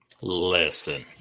Listen